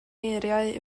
eiriau